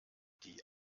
die